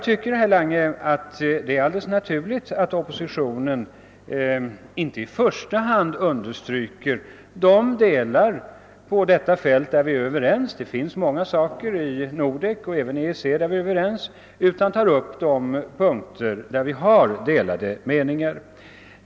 Enligt min mening är det alldeles naturligt, herr Lange, att oppositionen inte i första hand understryker det som vi är överens om på detta område — det finns ju många saker beträffande Nordek och även när det gäller EEC som vi är eniga om — utan tar upp de punkter där det råder delade meningar.